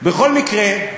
בכל מקרה,